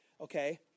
okay